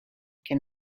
can